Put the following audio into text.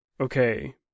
Okay